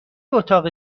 اتاق